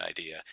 idea